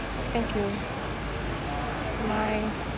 thank you bye